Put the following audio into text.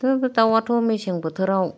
बेफोर दाउआथ' मेसें बोथोराव